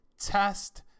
Test